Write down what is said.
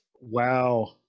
Wow